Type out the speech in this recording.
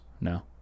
No